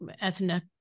ethnic